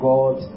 God